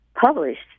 published